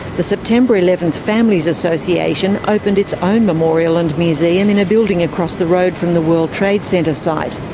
the september eleventh families association opened its own memorial and museum in a building across the road from the world trade center site.